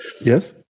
Yes